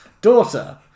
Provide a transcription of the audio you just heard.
daughter